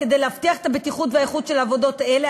כדי להבטיח את הבטיחות והאיכות של עבודות אלה,